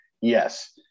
Yes